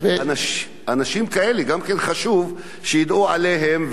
אנשים כאלה, גם חשוב שידעו עליהם.